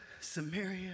Samaria